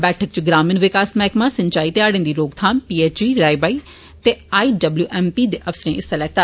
बैठक च ग्रामीण विकास मैहकमा सिंचाई ते हाड़े दी रोकथाम पीएचई राईबााई ते आई डब्ल्यू एम पी दे अफसरें हिस्सा लैता